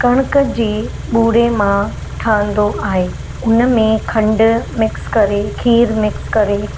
कणिक जी बूड़े मां ठहंदो आहे उन में खंडु मिक्स करे खीरु मिक्स करे